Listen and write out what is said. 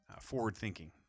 forward-thinking